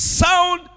sound